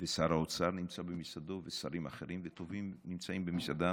ושר האוצר נמצא במשרדו ושרים אחרים וטובים נמצאים במשרדיהם.